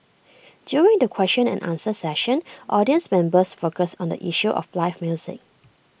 during the question and answer session audience members focused on the issue of live music